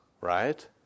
right